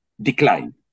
decline